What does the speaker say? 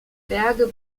berge